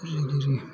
सोरजिगिरि